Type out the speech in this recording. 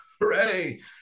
Hooray